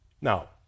Now